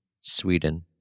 Sweden